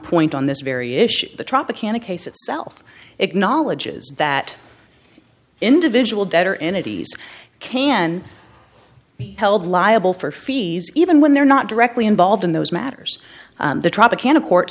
point on this very issue the tropicana case itself acknowledges that individual debtor entities can held liable for fees even when they're not directly involved in those matters the tropicana court